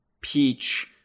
Peach